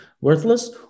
worthless